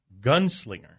gunslinger